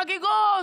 חגיגות?